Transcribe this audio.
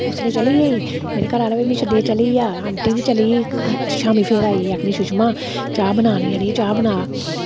उसलै चली गेई मेरे घरा आह्ला बी मी छढियै चली गेआ आंटी बी चली गेई शामी फिर आई गेई आखन लगी सुषमा चाह् बना अड़ियै चाह् बना